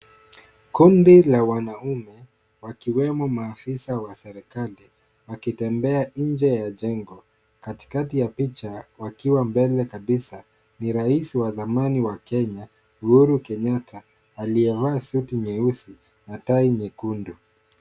Kundi la wanaume wakiwemo maafisa wa serikali wakitembea nje ya jengo. Katikati ya picha, wakiwa mbele kabisa ni rais wa zamani wa Kenya Uhuru Kenyatta aliyevaa suti nyeusi na tai nyekundu.